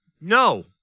No